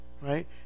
Right